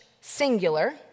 singular